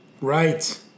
Right